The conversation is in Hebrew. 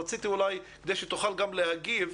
רציתי כדי שתוכל גם להגיב,